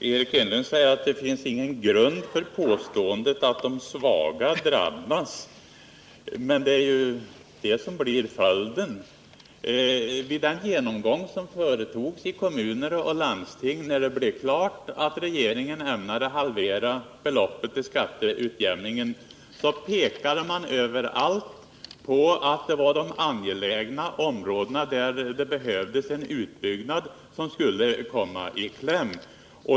Fru talman! Eric Enlund säger att det inte finns någon grund för påståendet att de svaga drabbas. Men det är ju det som blir följden! I samband med den genomgång som företogs i kommuner och landsting när det blev klart att regeringen ämnade halvera beloppet till skatteutjämningen pekade man överallt på att det var de angelägna områdena, där det behövdes en utbyggnad, som skulle komma i kläm.